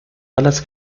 alas